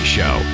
show